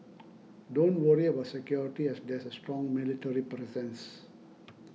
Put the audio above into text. don't worry about security as there's a strong military presence